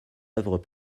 œuvres